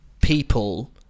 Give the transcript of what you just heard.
people